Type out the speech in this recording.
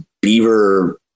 beaver